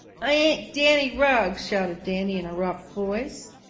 i ain't danny rugg! shouted danny in a rough voice.